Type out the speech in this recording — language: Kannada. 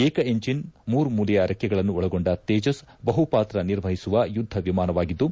ಏಕ ಎಂಜಿನ್ ಮೂರು ಮೂಲೆಯ ರೆಕ್ಕೆಗಳನ್ನು ಒಳಗೊಂಡ ತೇಜಸ್ ಬಹು ಪಾತ್ರ ನಿರ್ವಹಿಸುವ ಯುದ್ದ ವಿಮಾನವಾಗಿದ್ದು